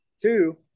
two